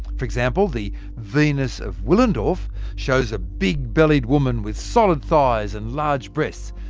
for example, the venus of willendorf shows a big-bellied woman with solid thighs and large breasts.